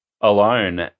alone